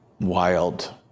wild